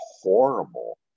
horrible